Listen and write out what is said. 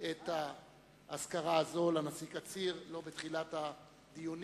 את האזכרה הזו לנשיא קציר לא בתחילת הדיונים,